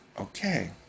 Okay